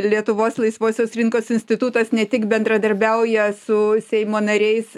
lietuvos laisvosios rinkos institutas ne tik bendradarbiauja su seimo nariais